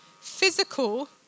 physical